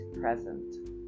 present